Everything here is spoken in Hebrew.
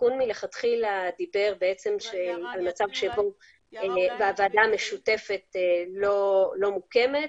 התיקון מלכתחילה דיבר על מצב שבו הוועדה המשותפת לא מוקמת